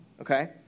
Okay